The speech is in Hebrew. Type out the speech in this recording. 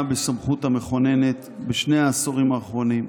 בסמכות המכוננת בשני העשורים האחרונים.